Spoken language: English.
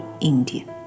Indian